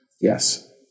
Yes